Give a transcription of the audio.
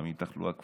גם עם תחלואה כפולה,